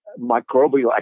microbial